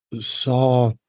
saw